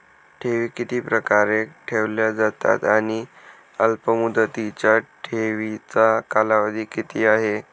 ठेवी किती प्रकारे ठेवल्या जातात आणि अल्पमुदतीच्या ठेवीचा कालावधी किती आहे?